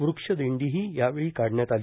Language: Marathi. वृक्ष दिंडीही यावेळी काढण्यात आली